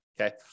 okay